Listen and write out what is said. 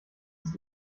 ist